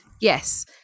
Yes